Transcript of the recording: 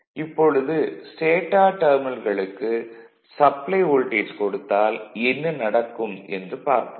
இப்பொழுது ஸ்டேடார் டெர்மினல்களுக்கு supply voltage கொடுத்தால் என்ன நடக்கும் என்று பார்ப்போம்